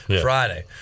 Friday